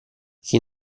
chi